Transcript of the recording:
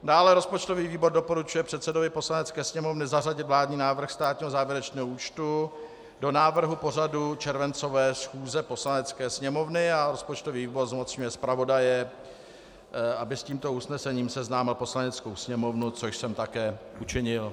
Dále rozpočtový výbor doporučuje předsedovi Poslanecké sněmovny zařadit vládní návrh státního závěrečného účtu do návrhu pořadu červencové schůze Poslanecké sněmovny a rozpočtový výbor zmocňuje zpravodaje, aby s tímto usnesením seznámil Poslaneckou sněmovnu, což jsem také učinil.